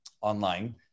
online